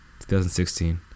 2016